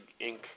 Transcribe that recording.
Inc